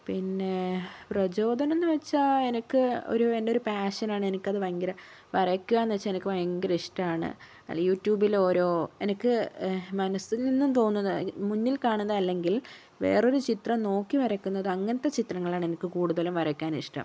പിന്നെ പ്രചോദനമെന്നു വെച്ചാൽ എനിക്ക് ഒരു എൻറ്റെ ഒരു പാഷൻ ആണ് എനിക്ക് അത് ഭയങ്കര വരയ്ക്കുക എന്ന് വെച്ചാൽ എനിക്ക് ഭയങ്കര ഇഷ്ടമാണ് അല്ല യൂട്യൂബിൽ ഓരോ എനിക്ക് മനസ്സിൽ നിന്നും തോന്നുന്ന മുന്നിൽ കാണുന്ന അല്ലെങ്കിൽ വേറൊരു ചിത്രം നോക്കി വരയ്ക്കുന്നത് അങ്ങനത്തെ ചിത്രങ്ങളാണ് എനക്ക് കൂടുതലും വരയ്ക്കാൻ ഇഷ്ട്ടം